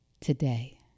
today